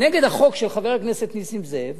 נגד החוק של חבר הכנסת נסים זאב,